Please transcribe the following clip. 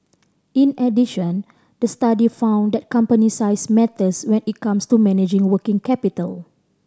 in addition the study found that company size matters when it comes to managing working capital